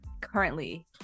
currently